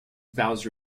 vows